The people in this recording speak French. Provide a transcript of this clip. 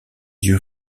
yeux